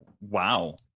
wow